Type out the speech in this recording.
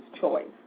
choice